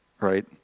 Right